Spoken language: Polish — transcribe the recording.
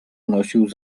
nosił